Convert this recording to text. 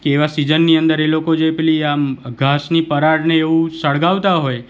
કે એવા સિઝનની અંદર એ લોકો જે પહેલી આમ ઘાસની પરાળને એવું સળગાવતા હોય